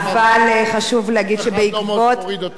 אני מבקש לא להגביל אותה בזמן.